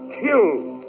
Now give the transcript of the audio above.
killed